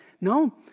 No